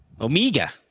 Omega